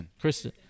Kristen